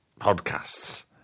podcasts